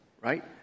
right